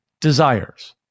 desires